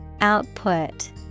Output